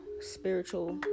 spiritual